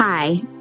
Hi